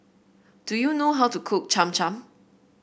do you know how to cook Cham Cham